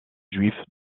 juifs